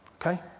Okay